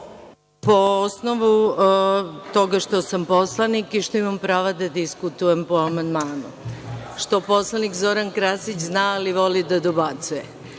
Po osnovu toga što sam poslanik i što imam prava da diskutujem po amandmanu, što poslanik Zoran Krasić zna, ali voli da dobacuje,